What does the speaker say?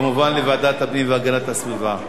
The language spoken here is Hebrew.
לוועדת הפנים והגנת הסביבה.